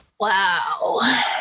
Wow